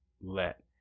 let